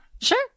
sure